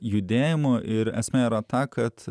judėjimo ir esmė yra ta kad